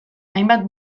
hainbat